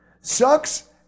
Sucks